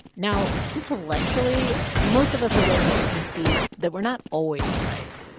now, intellectually, most of us are willing to concede that we're not always right.